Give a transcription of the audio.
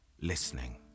Listening